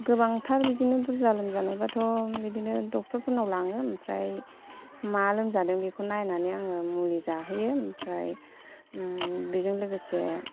गोबांथार बिदिनो बुरजा लोमजानायबाथ' बिदिनो दक्टरफोरनाव लाङो ओमफ्राय मा लोमजादों बेखौ नायनानै आङो मुलि जाहोयो ओमफ्राय बेजों लोगोसे